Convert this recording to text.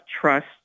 trust